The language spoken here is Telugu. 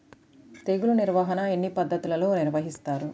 తెగులు నిర్వాహణ ఎన్ని పద్ధతులలో నిర్వహిస్తారు?